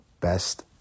best